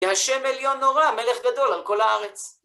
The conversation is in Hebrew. כי השם עליון נורא, מלך גדול על כל הארץ.